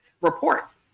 reports